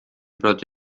prodotti